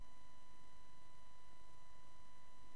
כץ, זכריה